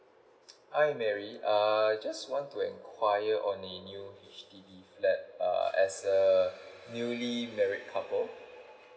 hi mary err just want to inquire on your new H_D_B flat uh as a newly married couple